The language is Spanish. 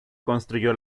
construyó